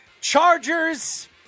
Chargers